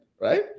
right